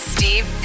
Steve